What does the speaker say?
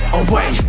away